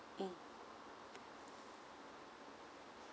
mm